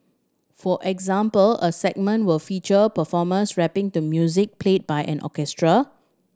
for example a segment will feature performers rapping to music played by an orchestra